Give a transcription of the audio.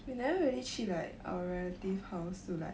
we never really 去 like our relative house to like